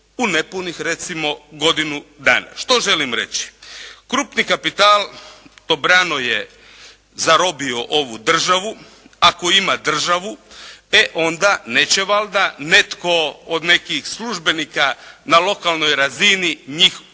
u nepunih recimo godinu dana. Što želim reći? Krupni kapital dobrano je zarobio ovu državu. Ako ima državu e onda neće valjda netko od nekih službenika na lokalnoj razini njih ucjenjivati.